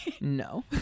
No